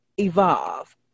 evolve